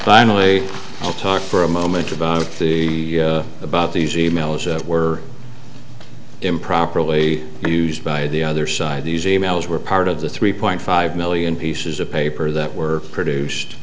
finally all talk for a moment about the about these e mails that were improperly used by the other side these emails were part of the three point five million pieces of paper that were produced